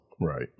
Right